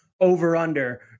over-under